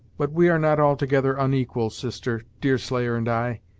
but we are not altogether unequal, sister deerslayer and i?